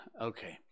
Okay